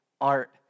art